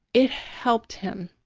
it helped him.